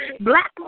Black